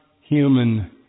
human